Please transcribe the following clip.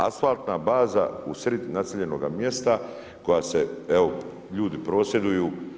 Asfaltna baza u srid naseljenoga mjesta koja se, evo ljudi prosvjeduju.